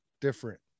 different